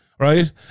right